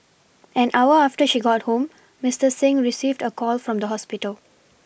an hour after she got home Mister Singh received a call from the hospital